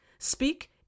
Speak